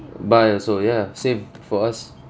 buy also ya same for us